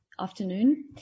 afternoon